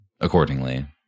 accordingly